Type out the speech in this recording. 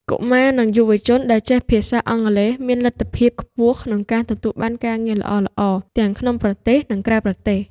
កុមារ និងយុវជនដែលចេះភាសាអង់គ្លេសមានលទ្ធភាពខ្ពស់ក្នុងការទទួលបានការងារល្អៗ ទាំងក្នុងប្រទេស និងក្រៅប្រទេស។